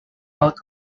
out